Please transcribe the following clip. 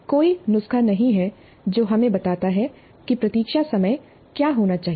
कोई नुस्खा नहीं है जो हमें बताता है कि प्रतीक्षा समय क्या होना चाहिए